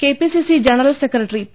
K P C C general secretary P